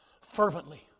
Fervently